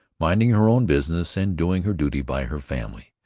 minding her own business and doing her duty by her family,